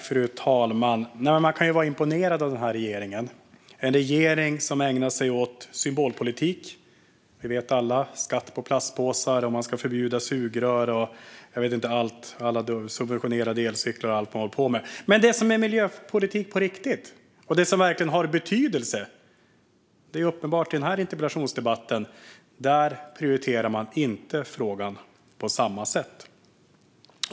Fru talman! Man kan vara imponerad av denna regering - en regering som ägnar sig åt symbolpolitik. Vi vet alla om det: skatt på plastpåsar, förbud mot sugrör, subventionerade elcyklar och allt vad de håller på med. Men det som är miljöpolitik på riktigt och det som verkligen har betydelse prioriterar de inte på samma sätt. Det är uppenbart i denna interpellationsdebatt.